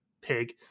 pig